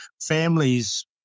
families